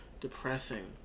depressing